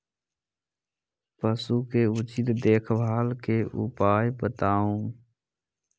पशु के उचित देखभाल के उपाय बताऊ?